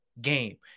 game